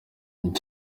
ibi